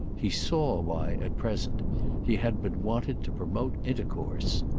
he saw why at present he had but wanted to promote intercourse.